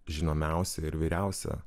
žinomiausia ir vyriausia